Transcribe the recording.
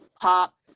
pop